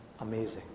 amazing